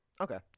Okay